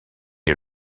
est